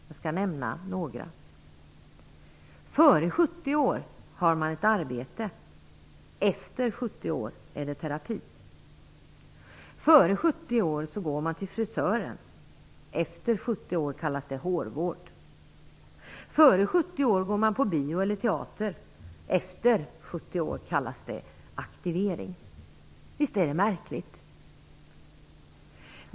Jag skall nämna några: Före 70 år har man ett arbete, efter 70 år är det terapi. Före 70 år går man till frisören, efter 70 år kallas det hårvård. Före 70 år går man på bio eller teater, efter 70 år kallas det aktivering. Visst är det märkligt!